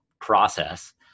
process